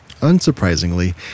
unsurprisingly